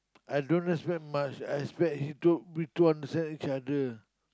I don't expect much I expect him to we two understand each other